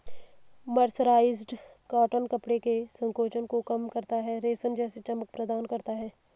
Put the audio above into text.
mercerised cotton कपड़े के संकोचन को कम करता है, रेशम जैसी चमक प्रदान करता है